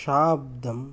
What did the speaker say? शाब्दम्